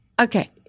okay